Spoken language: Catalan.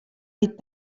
dit